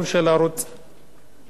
וזה היה חשוב, באמת.